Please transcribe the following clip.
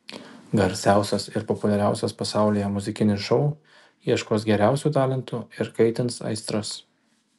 garsiausias ir populiariausias pasaulyje muzikinis šou ieškos geriausių talentų ir kaitins aistras